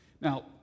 Now